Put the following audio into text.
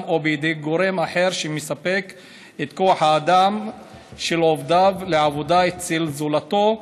או בידי גורם אחר שמספק את כוח האדם של עובדיו לעבודה אצל זולתו,